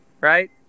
right